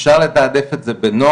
אפשר לתעדף את זה בנוהל,